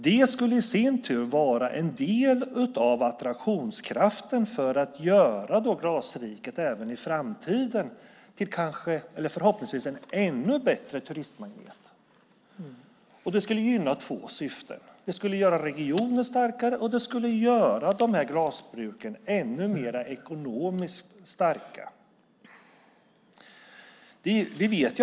Det skulle i sin tur vara en del av attraktionskraften för att göra Glasriket även i framtiden till förhoppningsvis en ännu bättre turistmagnet. Det skulle gynna två syften, nämligen att göra regionen starkare och glasbruken ännu mer ekonomiskt starka.